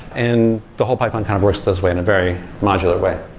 and the whole pipeline kind of works this way in a very modular way.